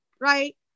Right